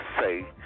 say